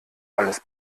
alles